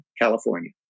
California